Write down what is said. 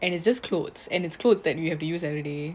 and it's just clothes and its clothes that we have to use everyday